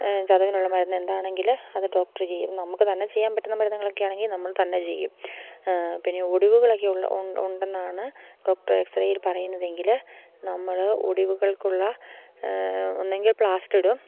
ചതവിനുള്ള മരുന്ന് എന്താണെങ്കില് അത് ഡോക്ടര് ചെയ്യും നമുക്ക് തന്നെ ചെയ്യാൻ പറ്റുന്ന മരുന്നുകളൊക്കെയാണെങ്കില് നമ്മള് തന്നെ ചെയ്യും പിന്നെ ഒടിവുകളൊക്കെ ഉണ്ടെന്നാണ് ഡോക്ടർ എക്സ് റേയിൽ പറയുന്നതെങ്കില് നമ്മള് ഒടിവുകൾക്കുള്ള ഒന്നുകിൽ പ്ലാസ്റ്റര് ഇടും